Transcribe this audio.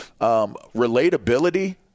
relatability